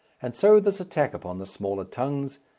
and so this attack upon the smaller tongues,